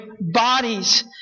bodies